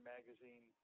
Magazine